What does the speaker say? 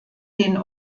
den